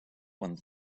one